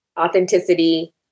authenticity